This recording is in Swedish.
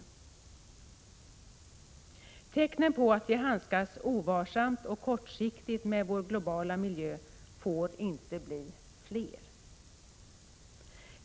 Tecknen på att vi handskas ovarsamt och kortsiktigt med vår globala miljö får inte bli fler.